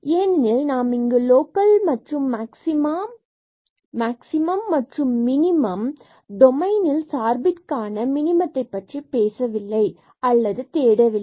ஏனெனில் நாம் இங்கு லோக்கல் மற்றும் மாக்ஸிமா மேக்ஸிமம் மற்றும் மினிமம் டொமைன் இல் சார்பிற்கான மினிமத்தை பற்றி பேசவில்லை அல்லது தேடவில்லை